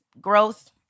growth